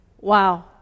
Wow